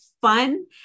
fun